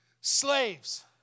slaves